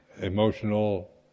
emotional